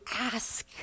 ask